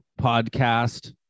podcast